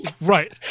Right